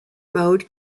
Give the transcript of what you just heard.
mode